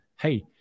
hey